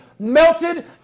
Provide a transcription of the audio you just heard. melted